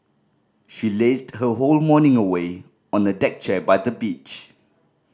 she lazed her whole morning away on a deck chair by the beach